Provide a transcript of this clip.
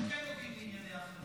שכן נוגעים לענייני החירום,